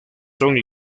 son